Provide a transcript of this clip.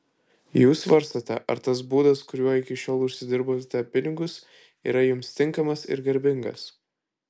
jūs svarstote ar tas būdas kuriuo iki šiol užsidirbdavote pinigus yra jums tinkamas ir garbingas